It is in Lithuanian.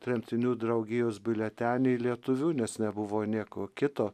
tremtinių draugijos biuletenį lietuvių nes nebuvo nieko kito